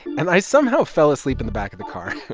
and i somehow fell asleep in the back of the car.